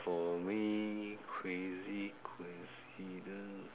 for me crazy coincidence